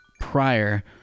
prior